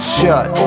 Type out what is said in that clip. shut